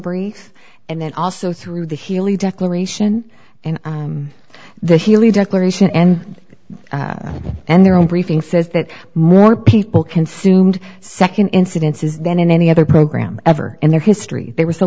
brief and then also through the healy declaration and the healy declaration and and their own briefing says that more people consumed nd incidences than any other program ever in their history they were so